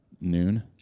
Noon